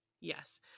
yes